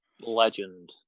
Legend